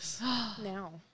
now